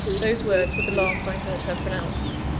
those words were the last i heard her pronounce.